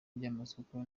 ry’amasoko